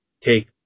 take